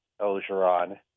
Ogeron